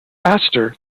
astor